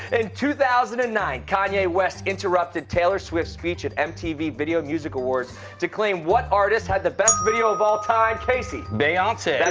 and two thousand and nine, kanye west interrupted taylor swift speech at mtv video music awards to claim what artist had the best video of all time. casey. beyonce'.